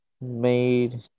made